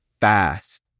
fast